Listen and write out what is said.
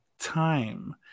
Time